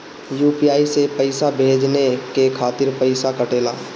UPI से पइसा भेजने के खातिर पईसा कटेला?